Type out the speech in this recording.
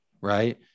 right